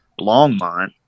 Longmont